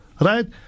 right